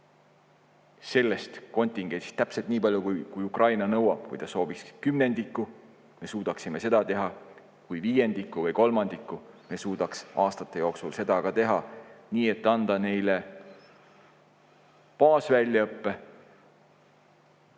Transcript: sellest kontingendist täpselt nii palju, kui Ukraina nõuab. Kui ta sooviks kümnendikku, me suudaksime seda teha. Kui viiendikku või kolmandikku, siis me suudaks aastate jooksul seda ka teha. Anda neile baasväljaõppe,